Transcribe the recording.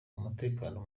umutekano